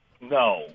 No